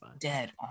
dead